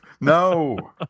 No